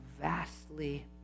vastly